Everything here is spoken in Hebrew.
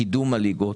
קידום הליגות,